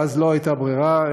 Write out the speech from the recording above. ואז לא הייתה ברירה,